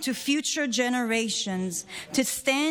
and to future generations to stand